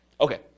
Okay